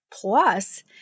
Plus